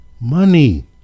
money